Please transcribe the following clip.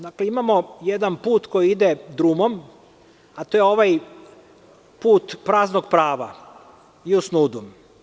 Dakle, imamo jedan put koji drumom, a to je ovaj put praznog prava „jus nudum“